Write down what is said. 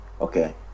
Okay